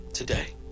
Today